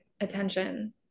attention